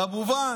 כמובן,